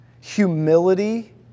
humility